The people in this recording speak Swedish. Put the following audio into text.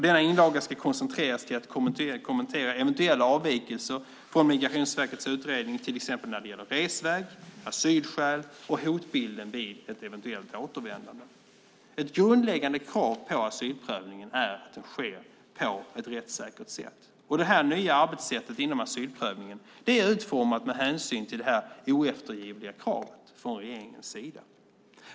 Denna inlaga ska koncentreras till att kommentera eventuella avvikelser från Migrationsverkets utredning, till exempel när det gäller resväg, asylskäl och hotbilden vid ett eventuellt återvändande. Ett grundläggande krav på asylprövningen är att den sker på ett rättssäkert sätt, och det nya arbetssättet inom asylprövningen är utformat med hänsyn till det oeftergivliga kravet från regeringens sida.